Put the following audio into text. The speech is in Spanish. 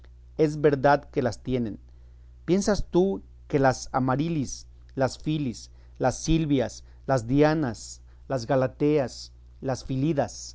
es verdad que las tienen piensas tú que las amariles las filis las silvias las dianas las galateas las